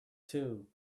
too